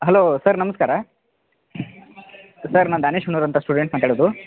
hello sir ನಮ್ಸ್ಕಾರ sir ನಾನು ದಾನೇಶ್ ಹೊನ್ನುರ್ ಅಂತ ಸ್ಟುಡೆಂಟ್ ಮಾತಾಡೋದು